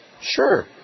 Sure